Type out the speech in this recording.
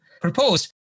proposed